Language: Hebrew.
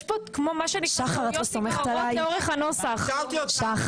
יש פה כמו מה שנקרא טעויות נגררות לאורך הנוסח --- שחר,